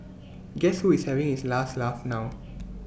guess who is having his last laugh now